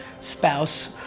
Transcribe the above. spouse